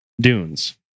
dunes